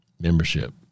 Membership